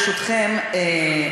ברשותכם,